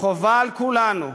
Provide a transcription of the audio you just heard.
חובה על כולנו,